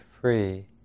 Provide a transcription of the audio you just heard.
free